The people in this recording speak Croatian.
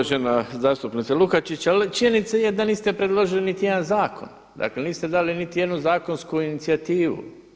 Uvažena zastupnice Lukačić, činjenica je da niste predložili niti jedan zakon, dakle niste dali niti jednu zakonsku inicijativu.